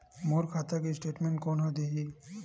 मोर खाता के स्टेटमेंट कोन ह देही?